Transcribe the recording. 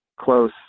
close